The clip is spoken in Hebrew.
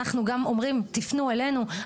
אנחנו גם אומרים תפנו אלינו,